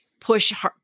push